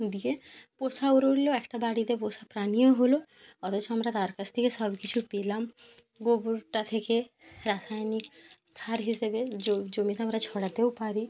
দিয়ে পোষাও রইলো একটা বাড়িতে পোষা প্রাণীও হলো অথচ আমরা তার কাছ থেকে সব কিছু পেলাম গোবরটা থেকে রাসায়নিক সার হিসাবে জমিতেও আমরা ছড়াতেও পারি